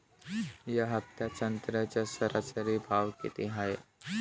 या हफ्त्यात संत्र्याचा सरासरी भाव किती हाये?